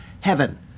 heaven